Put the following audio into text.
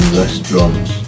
restaurants